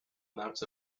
amounts